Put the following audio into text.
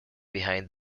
behind